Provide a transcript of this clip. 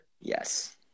Yes